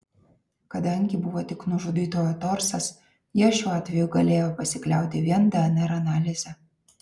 kadangi buvo tik nužudytojo torsas jie šiuo atveju galėjo pasikliauti vien dnr analize